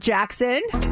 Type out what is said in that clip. Jackson